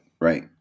right